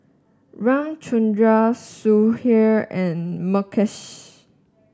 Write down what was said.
Ramchundra Sudhir and Mukesh